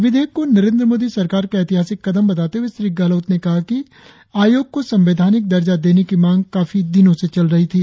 विधेयक को नरेंद्र मोदी सरकार का ऐतिहासिक कदम बताते हुए श्री गहलोत ने कहा कि आयोग को संवैधानिक दर्जा देने की मांग काफी दिनों से चली आ रही थी